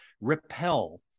repel